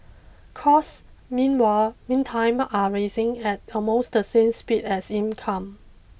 costs meanwhile meantime are raising at almost the same speed as income